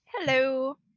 Hello